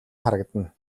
харагдана